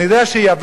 אני יודע שיוון,